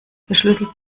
verschlüsselt